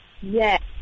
Yes